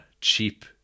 cheap